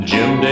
Jim